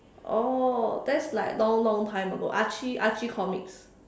oh that's like long long time ago Archie Archie comics